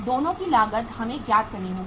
दोनों की लागत हमें ज्ञात करनी होगी